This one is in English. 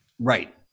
Right